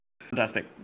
Fantastic